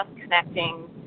connecting